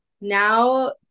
now